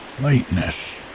lightness